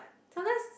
sometimes